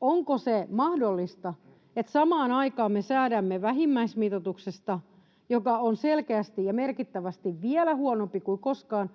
onko mahdollista, että samaan aikaan me säädämme vähimmäismitoituksesta, joka on selkeästi ja merkittävästi vielä huonompi kuin koskaan,